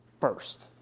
first